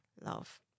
love